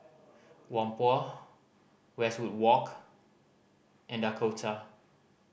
Whampoa Westwood Walk and Dakota